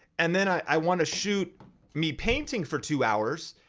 and then i wanna shoot me painting for two hours,